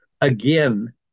again